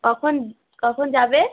কখন কখন যাবে